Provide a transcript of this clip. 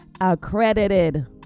accredited